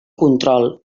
control